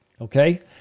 Okay